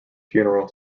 funeral